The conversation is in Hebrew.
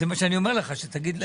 זה מה שאני אומר לך, שתגיד להם.